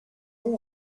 bon